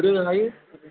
फोरोंनो हायो